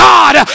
God